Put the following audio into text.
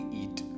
eat